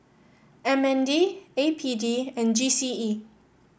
M N D A P D and G C E